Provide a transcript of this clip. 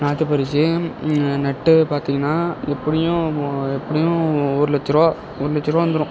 நாற்று பறிச்சு நட்டு பார்த்திங்கனா எப்படியும் எப்படியும் ஒரு லட்சருவா ஒரு லட்சருவா வந்துரும்